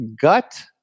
gut